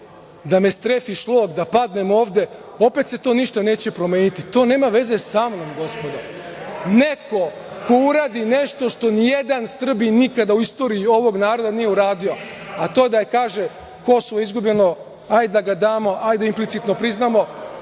da me strefi, šlog, da padnem ovde, ali to se opet neće promeniti. To nema veze sa mnom, gospodo. Neko ko uradi nešto što nijedan Srbin u istoriji ovog naroda nije uradio, a to je da kaže – Kosovo je izgubljeno, daj da ga damo, ajde implicitno da ga priznamo.